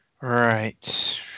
right